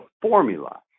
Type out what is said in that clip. formula